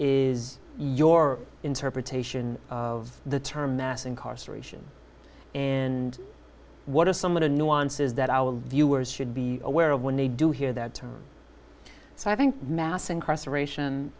is your interpretation of the term mass incarceration in what are some of the nuances that our viewers should be aware of when they do hear that term so i think mass incarceration